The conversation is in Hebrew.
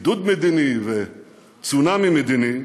בידוד מדיני וצונאמי מדיני,